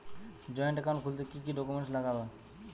Joint account খুলতে কি কি ডকুমেন্টস লাগবে?